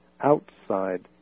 outside